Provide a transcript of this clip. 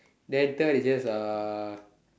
then third is just uh